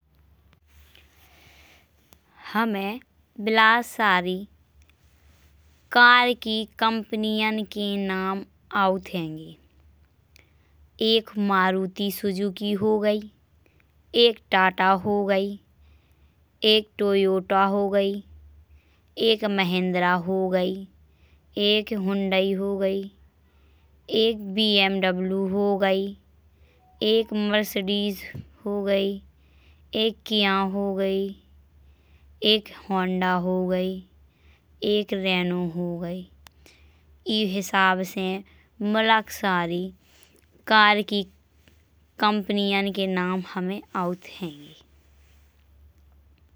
हमे बिला्टसरी कार की कम्पनियन के नाम आऔठ हैंगे। एक मारुति सुजुकी हो गई एक टाटा हो गई। एक टोयोटा हो गई एक महिंद्रा हो गई एक हुंडई हो गई एक बी एम डबलू हो गई। एक मर्सिडीज हो गई एक किआ हो गई एक होंडा हो गई एक रेनो हो गई। ई हिसाब से मुलकसरी कार की कम्पनियन के नाम हमे आऔठ हैंगे।